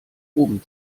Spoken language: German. oben